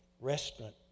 restaurant